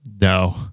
No